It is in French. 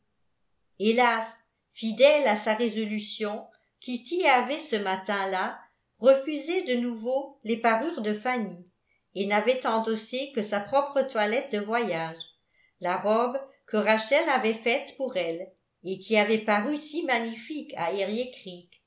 hélas fidèle à sa résolution kitty avait ce matin-là refusé de nouveau les parures de fanny et n'avait endossé que sa propre toilette de voyage la robe que rachel avait faite pour elle et qui avait paru si magnifique à